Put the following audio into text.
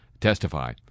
testify